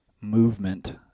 movement